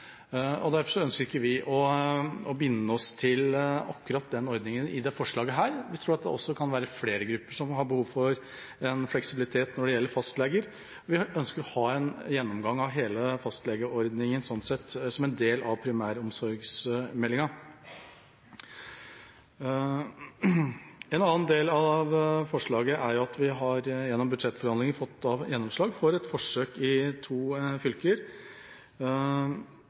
fastleger. Derfor ønsker ikke vi å binde oss til akkurat den ordningen i dette forslaget. Vi tror at det også kan være flere grupper som har behov for fleksibilitet når det gjelder fastleger. Vi ønsker å ha en gjennomgang av hele fastlegeordningen som en del av primæromsorgsmeldingen. Når det gjelder en annen del av forslaget, har vi i budsjettforhandlingene fått gjennomslag for et forsøk i to fylker